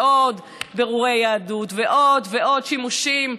ועוד ועוד בירורי יהדות ועוד ועוד שימושים,